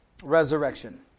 Resurrection